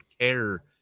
care